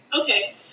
Okay